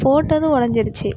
போட்டதும் உடஞ்சிருச்சி